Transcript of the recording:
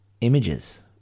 images